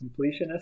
completionist